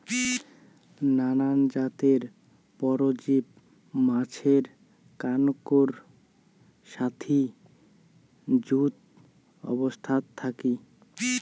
নানান জাতের পরজীব মাছের কানকোর সাথি যুত অবস্থাত থাকি